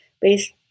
based